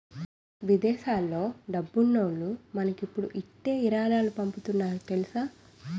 విదేశాల్లో డబ్బున్నోల్లు మనకిప్పుడు ఇట్టే ఇరాలాలు పంపుతున్నారు తెలుసా